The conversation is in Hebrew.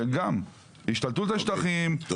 השתלטות על שטחים,